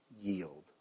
yield